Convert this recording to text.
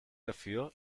dafür